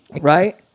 Right